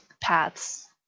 paths